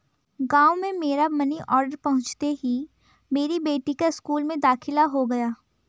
गांव में मेरा मनी ऑर्डर पहुंचते ही मेरी बेटी का स्कूल में दाखिला हो गया